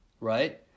right